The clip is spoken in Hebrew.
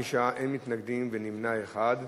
חמישה בעד, אין מתנגדים ונמנע אחד.